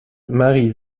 marie